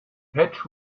patch